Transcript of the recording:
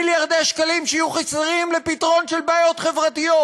מיליארדי שקלים שיהיו חסרים לפתרון בעיות חברתיות.